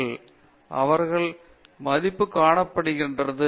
எங்கே அவர்கள் மதிப்பு காணப்படுகிறது